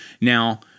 Now